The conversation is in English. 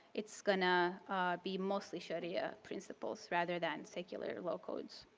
it's going to be mostly sharia principles rather than secular law codes.